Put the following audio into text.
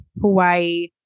Hawaii